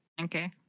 Okay